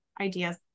ideas